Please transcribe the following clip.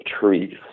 trees